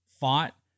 Fought